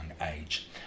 age